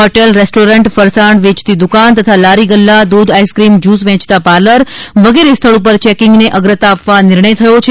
hotel restaurant ફરસાણ વેચતી દુકાન તથા લારી ગલ્લા દૂધ આઇસ્કીમ જ્યુસ વેચતા પાર્લર વગેરે સ્થળ ઉપર ચેકીંગને અગ્રતા આપવા નિર્ણય થયો છે